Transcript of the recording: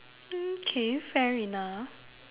okay fair enough